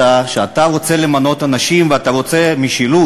שאתה רוצה למנות אנשים ואתה רוצה משילות,